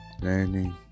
learning